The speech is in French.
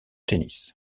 tennis